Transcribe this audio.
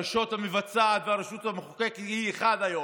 הרשות המבצעת והרשות המחוקקת היא אחת היום.